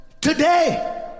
today